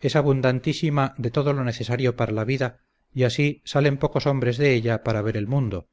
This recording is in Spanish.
es abundantísima de todo lo necesario para la vida y así salen pocos hombres de ella para ver el mundo